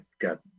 got